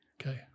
okay